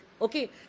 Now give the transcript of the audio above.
Okay